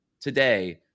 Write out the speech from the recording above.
today